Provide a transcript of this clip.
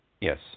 Yes